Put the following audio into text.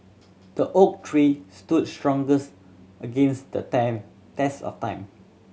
the oak tree stood strongest against the time test of time